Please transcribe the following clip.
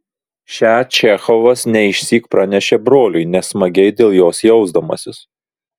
šią čechovas ne išsyk pranešė broliui nesmagiai dėl jos jausdamasis